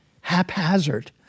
haphazard